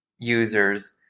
users